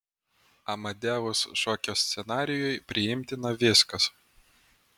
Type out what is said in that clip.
amadeus šokio scenarijui priimtina viskas